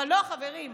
אבל לא, חברים,